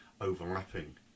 overlapping